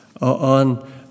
on